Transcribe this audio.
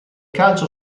calcio